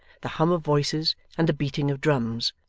the hum of voices, and the beating of drums.